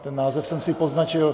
Ten název jsem si poznačil.